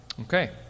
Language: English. Okay